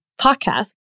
podcast